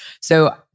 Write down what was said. So-